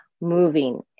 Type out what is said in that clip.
moving